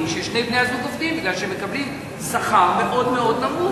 כששני בני-הזוג עובדים מפני שהם מקבלים שכר מאוד נמוך.